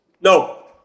No